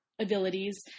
abilities